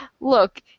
look